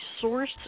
Source